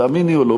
תאמיני או לא,